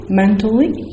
mentally